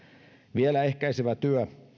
vielä ehkäisevä työ